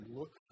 look